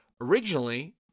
originally